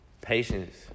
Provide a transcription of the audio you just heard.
patience